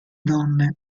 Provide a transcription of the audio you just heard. donne